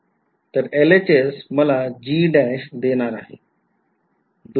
तर LHS मला G देणार आहे